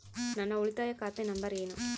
ನನ್ನ ಉಳಿತಾಯ ಖಾತೆ ನಂಬರ್ ಏನು?